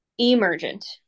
Emergent